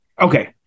Okay